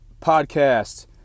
Podcast